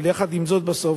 אבל יחד עם זאת בסוף,